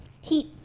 Heat